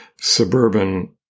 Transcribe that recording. suburban